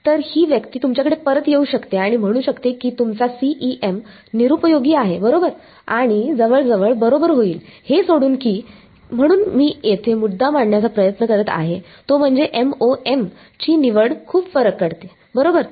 तर ही व्यक्ती तुमच्याकडे परत येऊ शकते आणि म्हणू शकते की तुमचा CEM निरुपयोगी आहे बरोबर आणि जवळजवळ बरोबर होईल हे सोडून की म्हणून मी येथे मुद्दा मांडण्याचा प्रयत्न करीत आहे तो म्हणजे MoMची निवड खूप फरक करते बरोबर